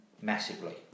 massively